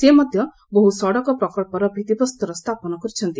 ସେ ମଧ୍ୟ ବହୁ ସଡ଼କ ପ୍ରକଳ୍ପର ଭିଭିପ୍ରସ୍ତର ସ୍ଥାପନ କରିଛନ୍ତି